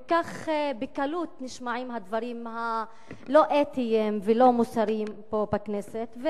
כל כך בקלות נשמעים הדברים הלא-אתיים והלא-מוסריים פה בכנסת,